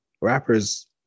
rappers